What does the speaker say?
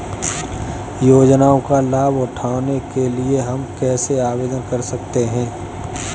योजनाओं का लाभ उठाने के लिए हम कैसे आवेदन कर सकते हैं?